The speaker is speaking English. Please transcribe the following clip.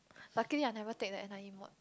luckily I never take the N_I_E mod